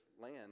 land